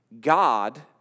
God